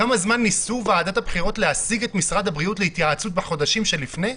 זמן ניסו ועדת הבחירות להשיג את משרד הבריאות להתייעצות בחודשים שלפני?